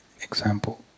example